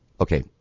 Okay